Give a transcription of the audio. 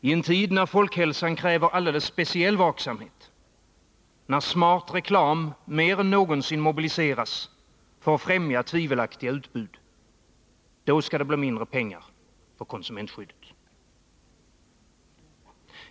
Ten tid när folkhälsan kräver alldeles speciell vaksamhet, när smart reklam mer än någonsin mobiliseras för att främja tvivelaktiga utbud — då skall det bli mindre pengar för konsumentskyddet.